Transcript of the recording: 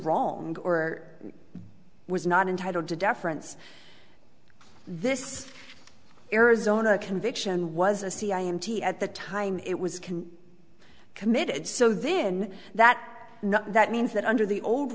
wrong or was not entitled to deference this arizona conviction was a c i m t at the time it was can committed so then that that means that under the old